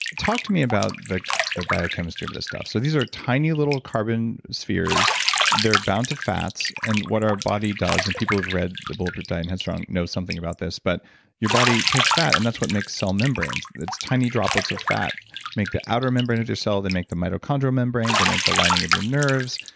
talk to me about the the biochemistry of this stuff. so these are tiny little carbon spheres they're bound to fats, and what our body does. and people who have read the bulletproof diet and head strong know something about this. but your body takes fat and that's what makes cell membranes. it's tiny droplets of fat make the outer membrane of your cell. they make the mitochondrial membrane. they make the lining of your nerves.